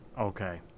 Okay